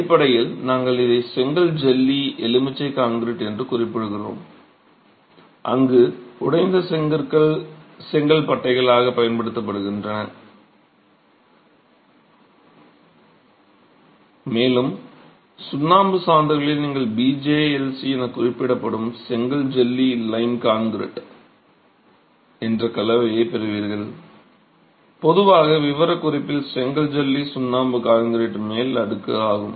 அடிப்படையில் நாங்கள் இதை செங்கல் ஜெல்லி எலுமிச்சை கான்கிரீட் என்று குறிப்பிடுகிறோம் அங்கு உடைந்த செங்கற்கள் செங்கல்பட்டைகளாகப் பயன்படுத்தப்படுகின்றன மேலும் சுண்ணாம்பு சாந்துகளில் நீங்கள் BJLC என குறிப்பிடப்படும் செங்கல் ஜெல்லி லைம் கான்கிரீட் என்ற கலவையைப் பெறுவீர்கள் பொதுவாக விவரக்குறிப்புகளில் செங்கல் ஜெல்லி சுண்ணாம்பு கான்கிரீட் மேல் அடுக்கு ஆகும்